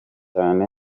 cyane